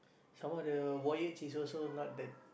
some more the voyage is also not that